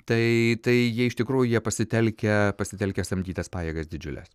tai tai jie iš tikrųjų jie pasitelkę pasitelkę samdytas pajėgas didžiules